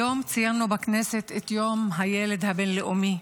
היום ציינו בכנסת את יום הילד, הבין-לאומי,